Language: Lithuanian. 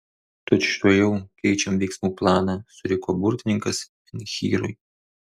tučtuojau keičiam veiksmų planą suriko burtininkas menhyrui